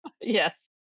Yes